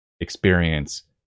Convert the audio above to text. experience